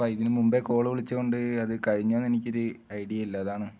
അപ്പം ഇതിന് മുൻപ് കോൾ വിളിച്ചത് കൊണ്ട് അത് കഴിഞ്ഞോ എന്ന് എനിക്കൊരു ഐഡിയ ഇല്ല അതാണ്